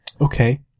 Okay